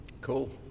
Cool